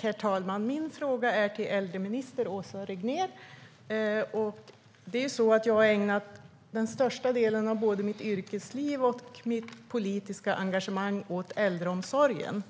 Herr talman! Min fråga är till äldreminister Åsa Regnér. Det är så att jag har ägnat den största delen av både mitt yrkesliv och mitt politiska engagemang åt äldreomsorgen.